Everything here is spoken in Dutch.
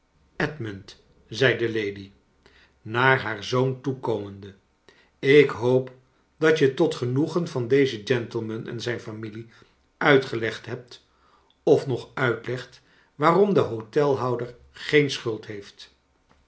lady naar haar zoon toe komende ik hoop dat je tot genoegen van dezen gentleman en zijn familie uitgelegd hebt of nog uitlegt waarom de hotelhouder geen schuld heeft